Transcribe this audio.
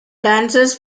dancers